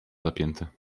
zapięte